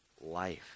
Life